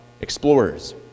explorers